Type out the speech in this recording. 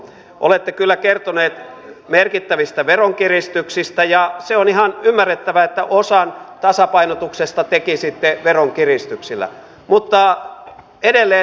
olette kyllä kertoneet merkittävistä veronkiristyksistä ja se on ihan ymmärrettävää että osan tasapainotuksesta tekisitte veronkiristyksillä mutta edelleen uupuu